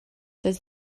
does